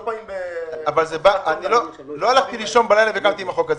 לא --- לא הלכתי לישון בלילה וקמתי עם החוק הזה.